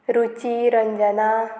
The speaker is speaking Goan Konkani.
रुची रंजना